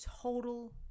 total